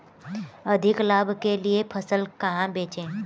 अधिक लाभ के लिए फसल कहाँ बेचें?